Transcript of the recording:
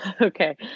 Okay